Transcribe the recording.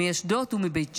מאשדוד ומבית ג'אן.